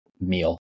meal